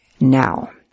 Now